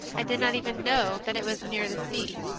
i did not even know that it was near the sea.